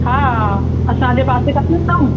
हा असांजे पासे कढियूं अथऊं